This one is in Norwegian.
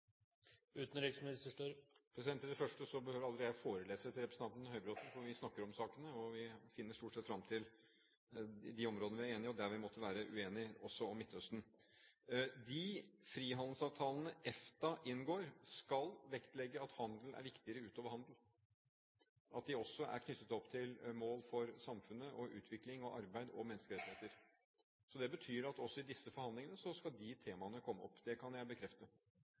Til det første: Jeg behøver aldri forelese for representanten Høybråten, for vi snakker om sakene, og vi finner stort sett fram til de områdene der vi er enige, og der vi måtte være uenige, også om Midtøsten. De frihandelsavtalene EFTA inngår, skal vektlegge at handel er viktigere utover handel, at de også er knyttet opp til mål for samfunnet, utvikling og arbeid og menneskerettigheter. Så det betyr at også i disse forhandlingene skal de temaene komme opp. Det kan jeg bekrefte.